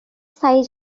চাই